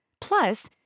Plus